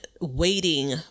waiting